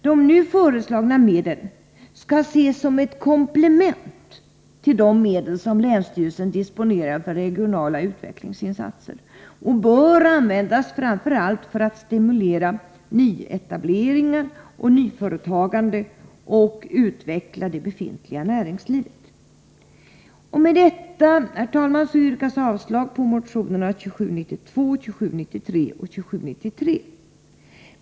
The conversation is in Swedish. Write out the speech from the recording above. De nu föreslagna medlen skall ses som ett komplement till de medel som länsstyrelsen disponerar för regionala utvecklingsinsatser och bör användas framför allt för att stimulera nyetableringar och nyföretagande och för att utveckla det befintliga näringslivet.